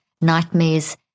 nightmares